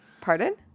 Pardon